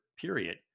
period